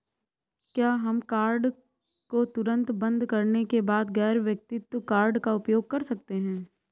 क्या हम कार्ड को तुरंत बंद करने के बाद गैर व्यक्तिगत कार्ड का उपयोग कर सकते हैं?